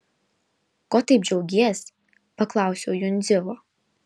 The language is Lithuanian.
ko taip džiaugies paklausiau jundzilo